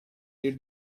the